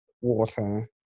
water